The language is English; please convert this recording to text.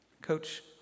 Coach